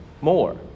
more